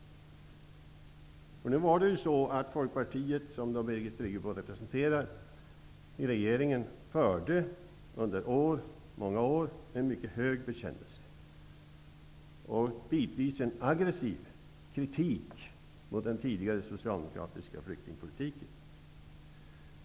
Folkpartiet, som Birgit Friggebo representerar i regeringen, riktade ju under många år en bitvis mycket aggressiv kritik mot den tidigare socialdemokratiska flyktingpolitiken.